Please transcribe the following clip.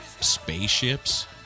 spaceships